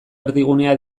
erdigunea